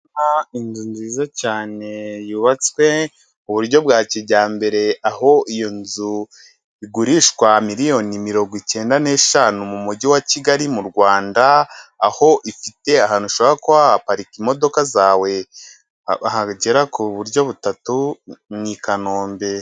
Inzu nziza cyane yubatswe mu buryo bwa kijyambere, aho iyo nzu igurishwa miliyoni mirongo icyenda n'eshanu mu mujyi wa Kigali mu Rwanda, aho ifite ahantu ushobora kuba wahaparika imodoka zawe, hagera ku buryo butatu ni i Kanombe.